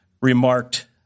Remarked